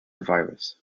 virus